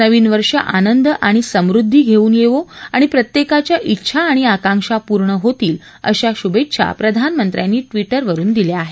नवीन वर्ष आनंद आणि समृद्दी घेऊन येवो आणि प्रत्येकाच्या इच्छा आणि आकांक्षा पूर्ण होतील अशा शुभेच्छा प्रधानमंत्र्यांनी ट्विटरवरून दिल्या आहेत